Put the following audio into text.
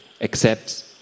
accept